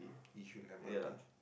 yishun m_r_t